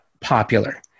popular